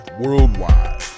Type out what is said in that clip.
worldwide